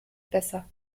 besser